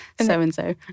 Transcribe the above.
so-and-so